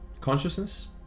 consciousness